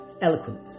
eloquent